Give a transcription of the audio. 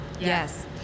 Yes